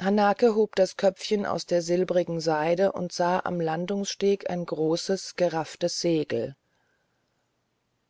hanake hob das köpfchen aus der silbrigen seide und sah am landungssteg ein großes gerafftes segel